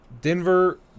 Denver